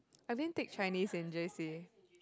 I didn't take Chinese in j_c